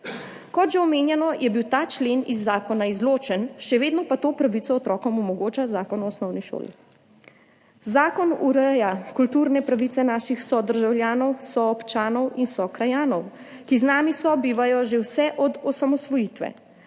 Kot že omenjeno, je bil ta člen iz zakona izločen, še vedno pa to pravico otrokom omogoča Zakon o osnovni šoli. Zakon ureja kulturne pravice naših sodržavljanov, soobčanov in sokrajanov, ki z nami sobivajo že vse od osamosvojitve,